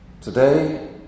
Today